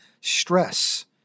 stress